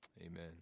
amen